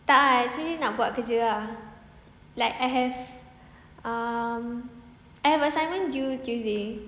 tak ah actually nak buat kerja ah like I have um I have assignment due tuesday